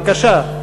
בבקשה.